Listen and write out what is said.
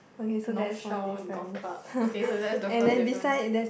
North Shore Golf Club okay so that's the first difference